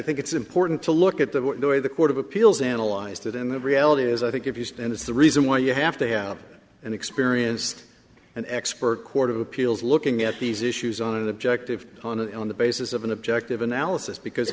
think it's important to look at the way the court of appeals analyzed it in the reality is i think if used and it's the reason why you have to have an experienced an expert court of appeals looking at these issues on an objective on an on the basis of an objective analysis because